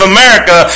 America